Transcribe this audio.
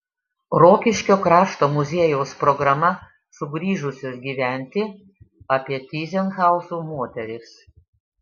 rokiškio krašto muziejaus programa sugrįžusios gyventi apie tyzenhauzų moteris